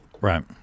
Right